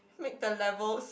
make the levels